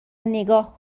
نگاه